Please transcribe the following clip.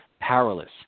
powerless